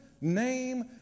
name